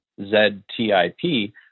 ZTIP